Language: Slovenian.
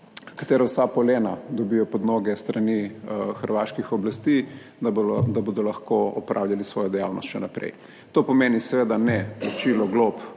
katera vsa polena dobijo pod noge s strani hrvaških oblasti, da bodo lahko opravljali svojo dejavnost še naprej. To pomeni seveda neplačilo glob